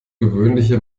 gewöhnliche